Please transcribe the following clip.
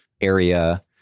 area